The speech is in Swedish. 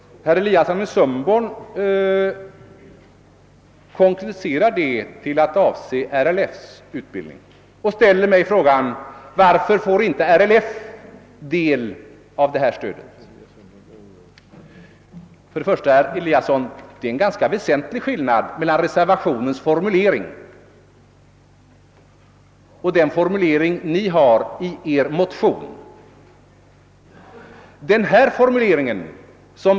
Herr Eliasson i Sundborn konkretiserar detta till att avse RLF:s utbildningsverksamhet och ställer till mig frågan: Varför får inte RLF del av detta stöd? Det är, herr Eliasson, en ganska väsentlig skillnad mellan reservationens formulering och formuleringen i er motion.